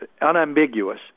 Unambiguous